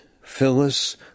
Phyllis